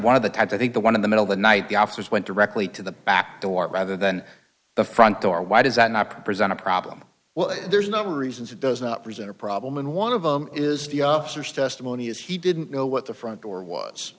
one of the tabs i think the one in the middle the night the officers went directly to the back door rather than the front door why does that not present a problem well there's no reasons it does not present a problem and one of them is the officers testimony is he didn't know what the front door was